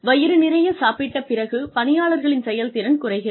வயிறு நிறைய சாப்பிட்ட பிறகு பணியாளர்களின் செயல்திறன் குறைகிறது